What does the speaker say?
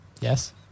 Yes